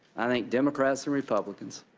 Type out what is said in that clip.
i think democrats and republicans